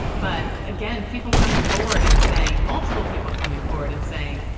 but again people coming forward and saying multiple people coming forward and saying,